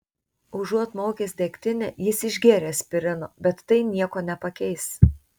užuot maukęs degtinę jis išgėrė aspirino bet tai nieko nepakeis